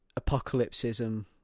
apocalypsism